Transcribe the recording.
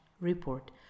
report